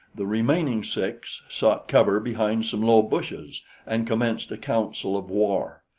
the remaining six sought cover behind some low bushes and commenced a council of war.